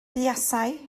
buasai